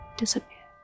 disappear